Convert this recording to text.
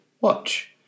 Watch